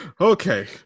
Okay